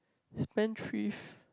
spendthrift